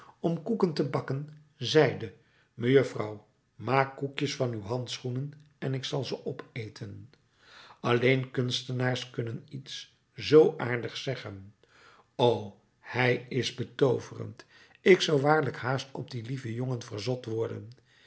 om koeken te bakken zeide mejuffrouw maak koekjes van uw handschoenen en ik zal ze opeten alleen kunstenaars kunnen iets zoo aardigs zeggen o hij is betooverend ik zou waarlijk haast op dien lieven jongen verzot worden